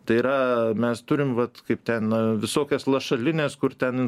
tai yra mes turim vat kaip ten visokias lašalines kur ten